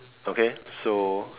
okay so